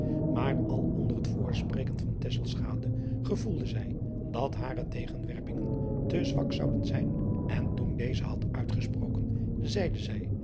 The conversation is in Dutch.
maar al onder het voortspreken van tesselschade gevoelde zij dat hare te genwerpingen te zwak zouden zijn en toen deze had uitgesproken zeide zij